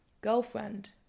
girlfriend